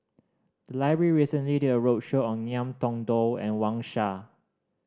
the library recently did a roadshow on Ngiam Tong Dow and Wang Sha